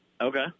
Okay